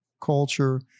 culture